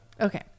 Okay